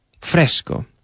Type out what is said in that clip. Fresco